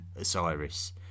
Osiris